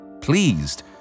Pleased